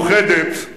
והמאוחדת